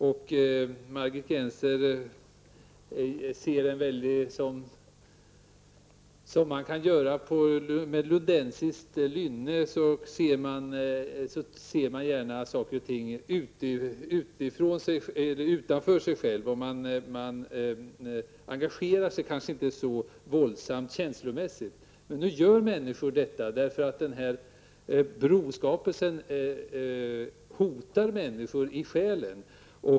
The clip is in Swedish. Med det lundensiska lynne som Margit Gennser har ser man gärna saker och ting utanför sig själv. Man engagerar sig kanske inte så våldsamt känslomässigt. Men nu är det så att människor engagerar sig i detta. Skapandet av bron hotar människor i själen.